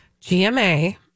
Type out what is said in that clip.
GMA